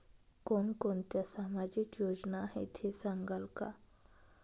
कोणकोणत्या सामाजिक योजना आहेत हे सांगाल का?